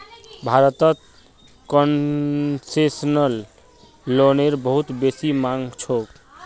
भारतत कोन्सेसनल लोनेर बहुत बेसी मांग छोक